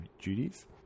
duties